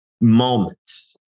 moments